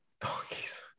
Donkeys